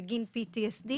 בגין PTSD,